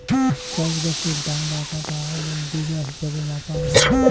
চাষবাসের ডাঙা কাঠা এবং বিঘা হিছাবে মাপাং হই